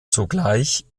zugleich